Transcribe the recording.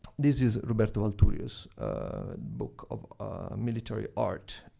this is roberto valturio's book of military art,